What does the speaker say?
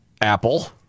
Apple